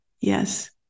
Yes